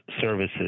services